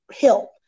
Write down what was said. help